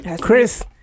Chris